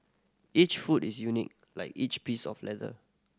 each foot is unique like each piece of leather